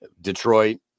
Detroit